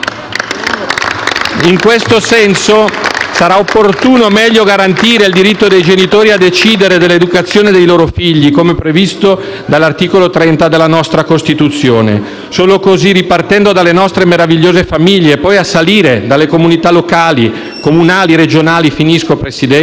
In questo senso, sarà opportuno garantire meglio il diritto dei genitori di decidere dell'educazione dei loro figli, come previsto dall'articolo 30 della nostra Costituzione. Solo così, ripartendo dalle nostre meravigliose famiglie e, poi, a salire, dalle comunità comunali e regionali, il suo Governo